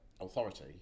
authority